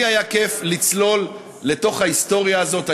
לי היה כיף לצלול לתוך ההיסטוריה הזאת,